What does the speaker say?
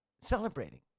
celebrating